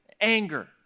anger